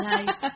Nice